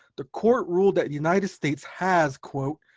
the court ruled that the united states has, quote,